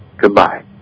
Goodbye